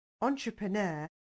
entrepreneur